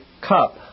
cup